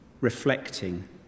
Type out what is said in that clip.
reflecting